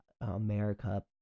America